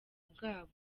bwabo